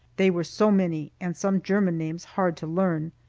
they were so many, and some german names hard to learn.